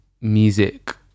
music